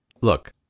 look